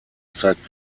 zeigt